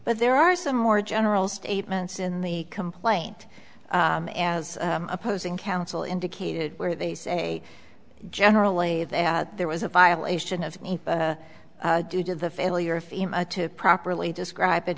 but there are some more general statements in the complaint as opposing counsel indicated where they say generally that there was a violation of due to the failure to properly describe it